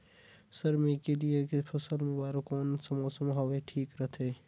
रमकेलिया के फसल बार कोन सा मौसम हवे ठीक रथे?